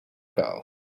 kou